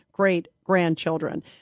great-grandchildren